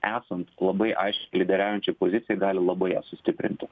esant labai aiškiai lyderiaujančiai pozicijai gali labai ją sustiprinti